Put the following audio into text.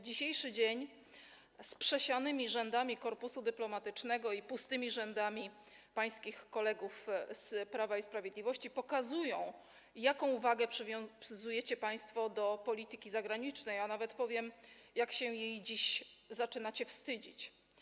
Dzisiejszy dzień z przesianymi rzędami korpusu dyplomatycznego i pustymi rzędami zajmowanymi przez pańskich kolegów z Prawa i Sprawiedliwości pokazuje, jaką wagę przywiązujecie państwo do polityki zagranicznej, a nawet powiem, jak się jej dziś zaczynacie wstydzić.